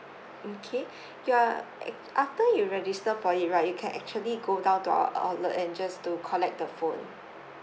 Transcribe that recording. okay you are a~ after you register for it right you can actually go down to our outlet and just to collect the phone